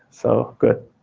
so good.